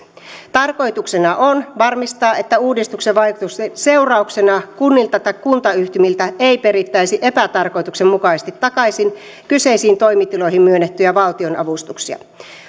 tarkoituksena on varmistaa että uudistuksen vaikutusten seurauksena kunnilta tai kuntayhtymiltä ei perittäisi epätarkoituksenmukaisesti takaisin kyseisiin toimitiloihin myönnettyjä valtionavustuksia